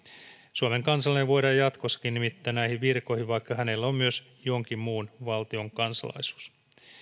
suomen kansalainen voidaan jatkossakin nimittää näihin virkoihin vaikka hänellä on myös jonkin muun valtion kansalaisuus